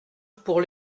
pour